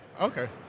okay